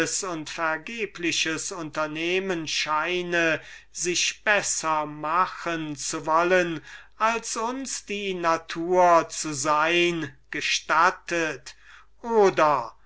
und vergebliches unternehmen scheine sich besser machen zu wollen als uns die natur haben will oder